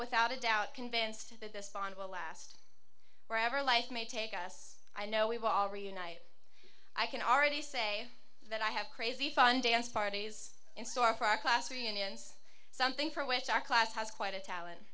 without a doubt convinced that this bond will last forever life may take us i know we've already unite i can already say that i have crazy fun dance parties in store for our class reunions something for which our class has quite a talent